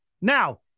Now